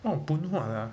oh Poon Huat ah